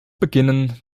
beginnen